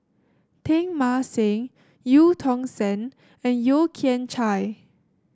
Teng Mah Seng Eu Tong Sen and Yeo Kian Chai